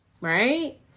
Right